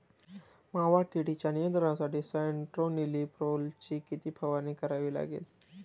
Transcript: मावा किडीच्या नियंत्रणासाठी स्यान्ट्रेनिलीप्रोलची किती फवारणी करावी लागेल?